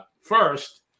first